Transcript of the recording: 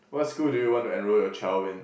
what school do you want to enrol your child in